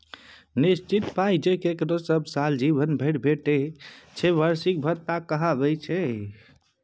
निश्चित पाइ जे ककरो सब साल जीबन भरि भेटय छै बार्षिक भत्ता कहाबै छै